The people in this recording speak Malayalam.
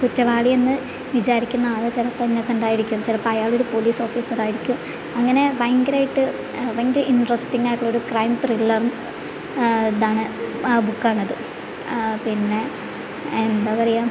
കുറ്റവാളിയെന്ന് വിചാരിക്കുന്ന ആൾ ചിലപ്പോൾ ഇന്നസെന്റ് ആയിരിക്കും ചിലപ്പോൾ അയാളൊരു പോലീസ് ഓഫീസറായിരിക്കും അങ്ങനെ ഭയങ്കരമായിട്ട് ഭയങ്കര ഇൻ്ററസ്റ്റിങ്ങ് ആയിട്ടുള്ളൊരു ക്രൈം ത്രില്ലർ ഇതാണ് ബൂക്കാണത് പിന്നെ എന്താ പറയുക